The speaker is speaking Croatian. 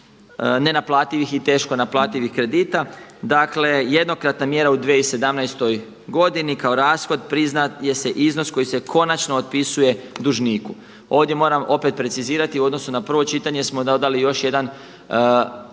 nenaplativih i teško naplativih kredita. Dakle jednokratna mjera u 2017. godini kao rashod priznaje se iznos koji se konačno otpisuje dužniku. Ovdje moram opet precizirati u odnosu na prvo čitanje smo dodali još jedan